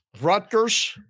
Rutgers